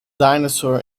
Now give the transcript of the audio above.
dinosaur